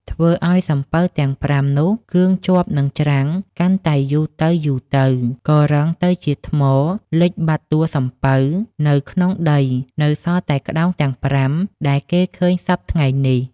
ធ្វើឲ្យសំពៅទាំង ៥ នោះកឿងជាប់នឹងច្រាំងកាន់តែយូរទៅៗ ក៏រឹងទៅជាថ្មលិចបាត់តួសំពៅទៅក្នុងដី នៅសល់តែក្ដោងទាំង ៥ ដែលគេឃើញសព្វថ្ងៃនេះ ។